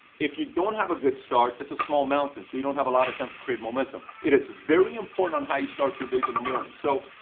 if you don't have a good start, it's a small mountain. so you don't have a lot of time to create momentum. it is very important on how you start your days in the morning. so,